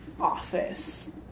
office